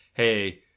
Hey